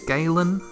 Galen